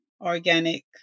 organic